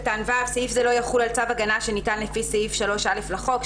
(ו)סעיף זה לא יחול על צו הגנה שניתן לפי סעיף 3א לחוק.